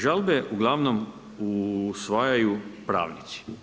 Žalbe uglavnom usvajaju pravnici.